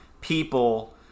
people